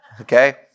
Okay